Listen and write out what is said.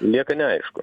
lieka neaišku